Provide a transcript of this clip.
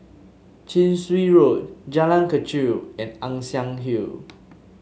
Chin Swee Road Jalan Kechil and Ann Siang Hill